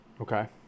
okay